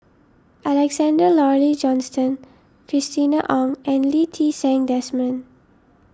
Alexander Laurie Johnston Christina Ong and Lee Ti Seng Desmond